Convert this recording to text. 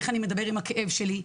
איך אני מדבר עם הכאב שלי,